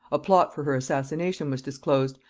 a plot for her assassination was disclosed,